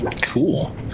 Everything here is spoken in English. cool